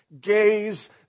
gaze